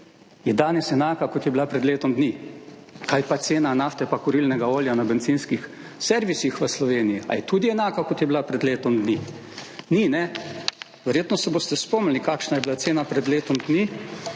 je danes enaka, kot je bila pred letom dni. Kaj pa cena nafte, pa kurilnega olja na bencinskih servisih v Sloveniji, a je tudi enaka, kot je bila pred letom dni? Ni, ne. Verjetno se boste spomnili kakšna je bila cena pred letom dni.